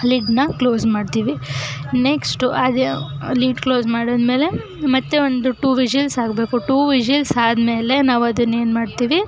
ಲಿಡ್ಡನ್ನ close ಮಾಡ್ತೀವಿ next ಅದು lid close ಮಾಡಿದ್ಮೇಲೆ ಮತ್ತೆ ಒಂದು ಟು ವಿಷಿಲ್ಸ್ ಆಗಬೇಕು ಟು ವಿಷಿಲ್ಸ್ ಆದಮೇಲೆ ನಾವದನ್ನು ಏನು ಮಾಡ್ತೀವಿ